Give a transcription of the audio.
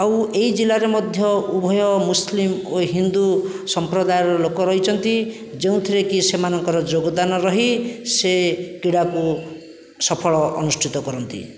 ଆଉ ଏଇ ଜିଲ୍ଲାରେ ମଧ୍ୟ ଉଭୟ ମୁସଲିମ ଓ ହିନ୍ଦୁ ସମ୍ପ୍ରଦାୟର ଲୋକ ରହିଛନ୍ତି ଯେଉଁଥିରେ କି ସେମାନଙ୍କର ଯୋଗଦାନ ରହି ସେ କ୍ରୀଡ଼ାକୁ ସଫଳ ଅନୁଷ୍ଠିତ କରନ୍ତି